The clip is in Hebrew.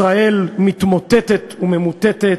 ישראל מתמוטטת וממוּטטת,